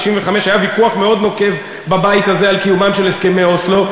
1995. היה ויכוח מאוד נוקב בבית הזה על קיומם של הסכמי אוסלו.